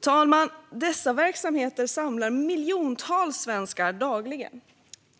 talman! Dessa verksamheter samlar miljontals svenskar dagligen.